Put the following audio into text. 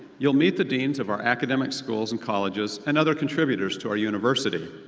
you'll meet the deans of our academic schools and colleges, and other contributors to our university.